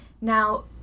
Now